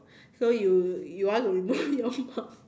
so you you want to remove your mom